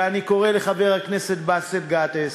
ואני קורא לחבר הכנסת באסל גטאס,